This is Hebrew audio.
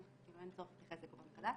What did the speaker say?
אין צורך להתייחס לזה כל פעם מחדש.